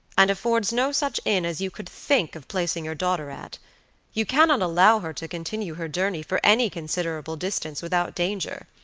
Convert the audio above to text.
and affords no such inn as you could think of placing your daughter at you cannot allow her to continue her journey for any considerable distance without danger.